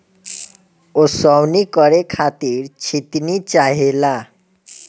ओसवनी करे खातिर छितनी चाहेला